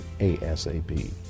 ASAP